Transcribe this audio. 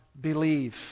believe